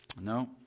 no